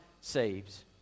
saves